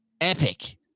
epic